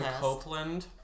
Copeland